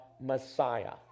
Messiah